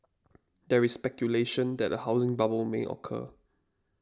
there is speculation that a housing bubble may occur